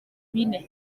bine